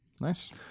Nice